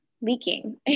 leaking